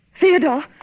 Theodore